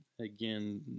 Again